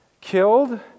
killed